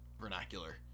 vernacular